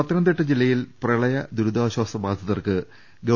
പത്തനംതിട്ട ജില്ലയിൽ പ്രളയദുരിതാശ്വാസ ബാധിതർക്ക് ഗവ